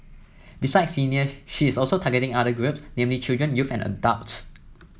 besides seniors she is also targeting other groups namely children youth and adults